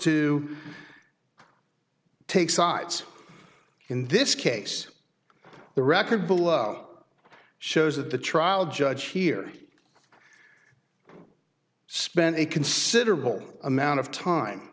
to take sides in this case the record below shows that the trial judge here spent a considerable amount of time